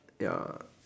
ya